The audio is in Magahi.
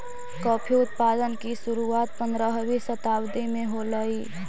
कॉफी उत्पादन की शुरुआत पंद्रहवी शताब्दी में होलई